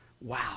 Wow